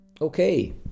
okay